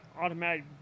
automatic